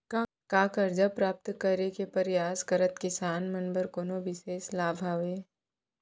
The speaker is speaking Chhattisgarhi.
का करजा प्राप्त करे के परयास करत किसान मन बर कोनो बिशेष लाभ हवे?